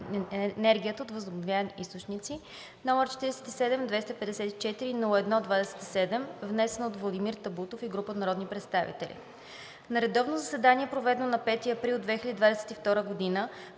енергията от възобновяеми източници, № 47-254-01-27, внесен от Владимир Табутов и група народни представители На редовно заседание, проведено на 5 април 2022 г.,